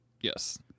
Yes